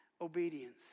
obedience